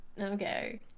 okay